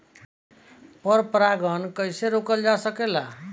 पर परागन कइसे रोकल जा सकेला?